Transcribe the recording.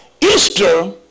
Easter